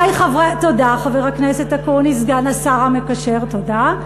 תודה, חבר הכנסת אקוניס, סגן השר המקשר, תודה.